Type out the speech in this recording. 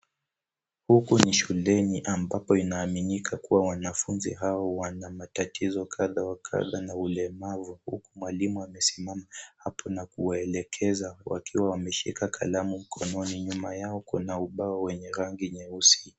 Huku ni shuleni ambapo inaaminika kuwa wanafunzi hao wana matatizo kadha wa kadha na ulemavu. Mwalimu amesimama hapo na kuwaelekeza wakiwa wameshika kalamu mkononi nyuma yao kuna ubao wenye rangi.